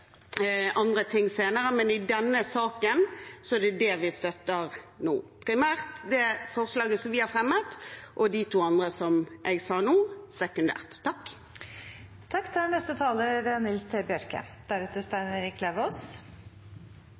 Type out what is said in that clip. andre ting senere, men i denne saken er det det vi støtter nå – primært det forslaget som vi selv har fremmet, og de to andre punktene som jeg nevnte nå,